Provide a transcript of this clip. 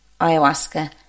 ayahuasca